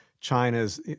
China's